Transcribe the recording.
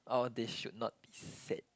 all these should not be said